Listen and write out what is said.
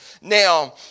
Now